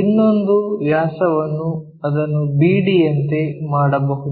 ಇನ್ನೊಂದು ವ್ಯಾಸವನ್ನು ಅದನ್ನು BD ಯಂತೆ ಮಾಡಬಹುದು